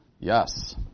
Yes